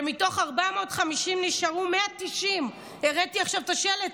שם מתוך 450 נשארו 190. הראיתי עכשיו את השלט.